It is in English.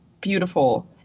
beautiful